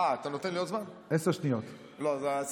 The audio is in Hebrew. אה, אתה נותן לי עוד זמן?